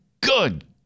Good